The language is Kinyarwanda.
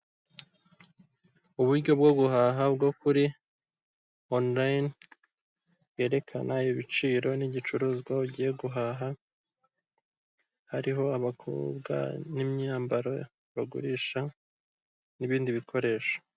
Uburyo bwo guhaha bwo kuri online bwerekana ibiciro n'igicuruzwa ugiye guhaha, hariho abakobwa n'imyambaro bagurisha n'ibindi bikoresho.